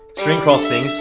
string crossings.